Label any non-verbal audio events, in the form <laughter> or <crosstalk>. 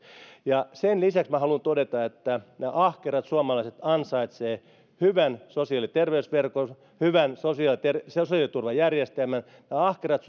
sen lisäksi minä haluan todeta että nämä ahkerat suomalaiset ansaitsevat hyvän sosiaali ja terveysverkon hyvän sosiaaliturvajärjestelmän ja ahkerat <unintelligible>